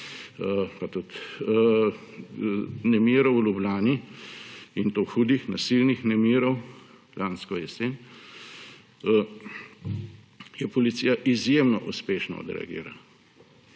ne – nemirov v Ljubljani, in to hudih nasilnih nemirov lansko jesen, je policija izjemno uspešno odreagirala.